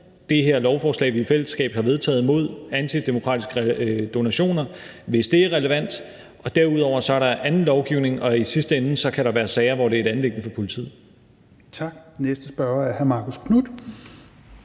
det her lovforslag, vi i fællesskab har vedtaget, imod antidemokratiske donationer, hvis det er relevant, og derudover er der anden lovgivning, og i sidste ende kan der være sager, hvor det er et anliggende for politiet. Kl. 16:14 Tredje næstformand